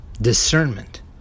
discernment